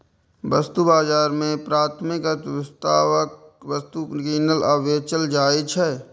वस्तु बाजार मे प्राथमिक अर्थव्यवस्थाक वस्तु कीनल आ बेचल जाइ छै